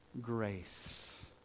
grace